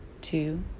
two